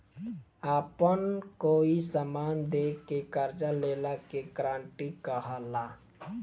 आपन कोई समान दे के कर्जा लेला के गारंटी कहला